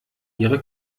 ihre